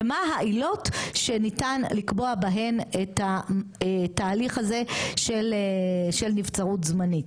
ומה העילות שניתן לקבוע בהן את התהליך הזה של נבצרות זמנית.